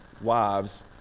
wives